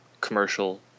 commercial